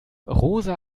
rosa